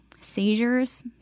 Seizures